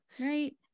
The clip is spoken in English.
Right